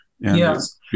Yes